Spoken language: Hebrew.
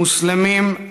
מוסלמים,